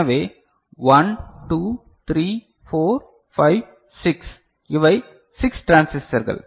எனவே 1 2 3 4 5 6 இவை 6 டிரான்சிஸ்டர்கள்